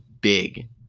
big